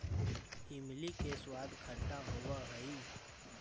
इमली का स्वाद खट्टा होवअ हई